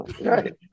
Right